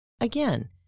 Again